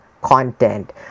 content